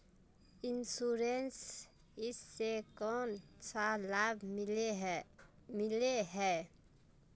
Insurance इस से कोन सा लाभ मिले है?